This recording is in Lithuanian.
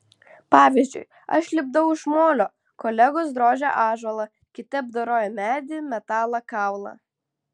pavyzdžiui aš lipdau iš molio kolegos drožia ąžuolą kiti apdoroja medį metalą kaulą